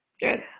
Good